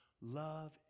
Love